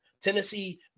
Tennessee